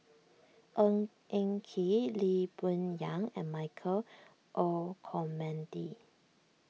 Ng Eng Kee Lee Boon Yang and Michael Olcomendy